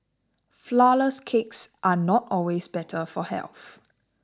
Flourless Cakes are not always better for health